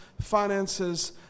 finances